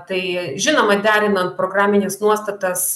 tai žinoma derinant programines nuostatas